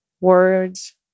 words